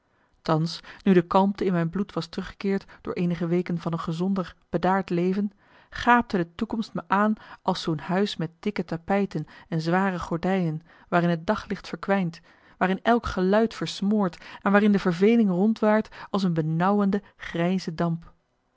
thans nu de kalmte in mijn bloed was teruggekeerd door eenige weken van een gezonder bedaard leven gaapte de toekomst me aan als zoo'n huis met dikke marcellus emants een nagelaten bekentenis tapijten en zware gordijnen waarin het daglicht verkwijnt waarin elk geluid versmoort en waarin de verveling rondwaart als een benauwende grijze damp